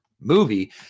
movie